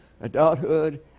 adulthood